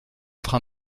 train